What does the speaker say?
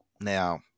Now